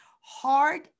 hard